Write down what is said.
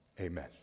amen